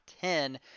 ten